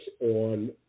on